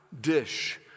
dish